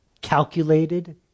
calculated